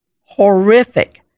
horrific